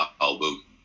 album